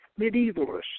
medievalist